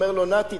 אומר לו: נתי,